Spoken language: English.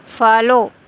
follow